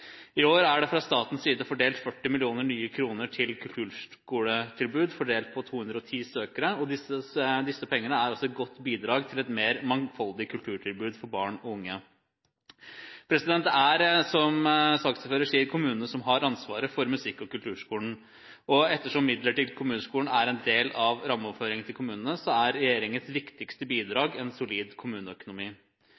I år er det fra statens side fordelt 40 mill. nye kr til kulturskoletilbud fordelt på 210 søkere, og disse pengene er også et godt bidrag til et mer mangfoldig kulturtilbud for barn og unge. Det er, som saksordføreren sier, kommunene som har ansvaret for musikk- og kulturskolen. Ettersom midler til kulturskolen er en del av rammeoverføringen til kommunene, er regjeringens viktigste